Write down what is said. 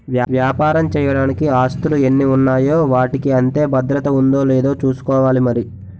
వ్యాపారం చెయ్యడానికి ఆస్తులు ఎన్ని ఉన్నాయో వాటికి అంతే భద్రత ఉందో లేదో చూసుకోవాలి మరి